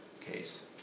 case